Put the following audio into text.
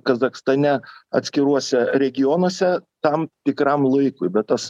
kazachstane atskiruose regionuose tam tikram laikui bet tas